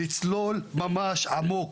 לצלול ממש עמוק,